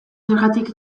zergatik